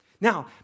Now